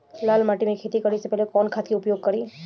लाल माटी में खेती करे से पहिले कवन खाद के उपयोग करीं?